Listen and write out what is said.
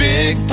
Big